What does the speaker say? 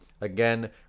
Again